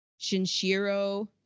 Shinshiro